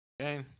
Okay